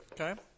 Okay